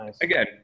again